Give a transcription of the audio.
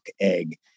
egg